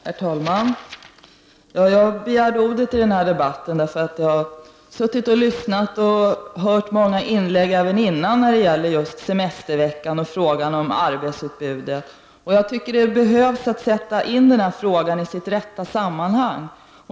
Herr talman! Jag begärde ordet efter att ha suttit och lyssnat till många inlägg i den här debatten. Jag har också hört många diskussioner även tidigare när det gäller just den sjätte semesterveckan och arbetsutbudet, en fråga som jag tycker behöver sättas in i sitt rätta sammanhang.